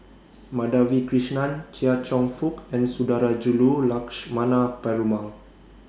Madhavi Krishnan Chia Cheong Fook and Sundarajulu Lakshmana Perumal